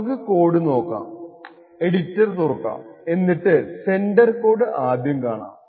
നമുക്ക് കോഡ് നോക്കാം എഡിറ്റർ തുറക്കാം എന്നിട്ട് സെൻഡർ കോഡ് ആദ്യം കാണാം